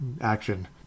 action